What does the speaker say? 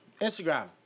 Instagram